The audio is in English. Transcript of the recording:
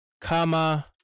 Kama